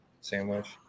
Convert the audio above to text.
sandwich